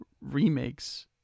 remakes